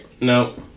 No